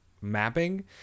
mapping